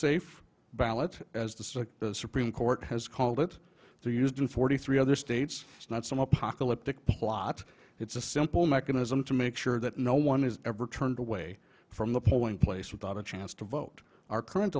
safe ballot as the supreme court has called it the used in forty three other states it's not some apocalyptic plot it's a simple mechanism to make sure that no one is ever turned away from the polling place without a chance to vote our current